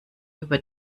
über